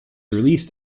released